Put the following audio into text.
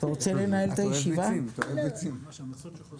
או שהם ינסו להציע הסכמה